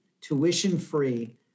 tuition-free